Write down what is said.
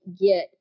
get